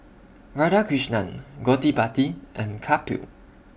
Radhakrishnan Gottipati and Kapil